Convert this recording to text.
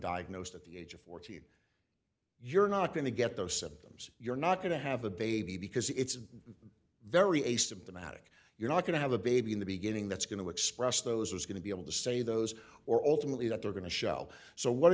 diagnosed at the age of forty you're not going to get those symptoms you're not going to have the baby because it's very asymptomatic you're not going to have a baby in the beginning that's going to express those are going to be able to say those or ultimately that they're going to shell so wh